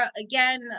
Again